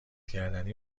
گردنی